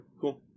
cool